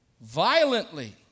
violently